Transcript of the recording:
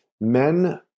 men